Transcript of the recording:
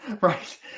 Right